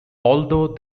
although